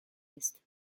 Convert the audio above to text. east